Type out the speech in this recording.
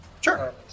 Sure